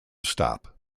stop